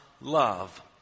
love